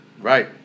right